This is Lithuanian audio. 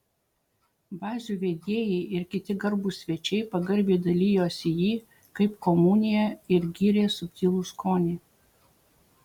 bazių vedėjai ir kiti garbūs svečiai pagarbiai dalijosi jį kaip komuniją ir gyrė subtilų skonį